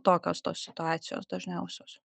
tokios tos situacijos dažniausios